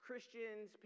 Christians